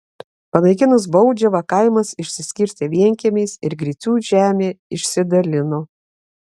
panaikinus baudžiavą kaimas išsiskirstė vienkiemiais ir gricių žemę išsidalino